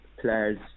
players